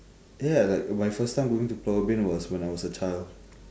ya like my first time going to pulau ubin was when I was a child